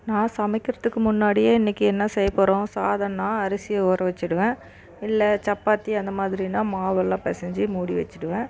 நான் சமைக்கிறதுக்கு முன்னாடியே இன்றைக்கு என்ன செய்ய போகிறோம் சாதம்னா அரிசி ஊற வச்சிடுவேன் இல்லை சப்பாத்தி அந்தமாதிரினால் மாவெல்லாம் பிசஞ்சி மூடி வச்சிடுவேன்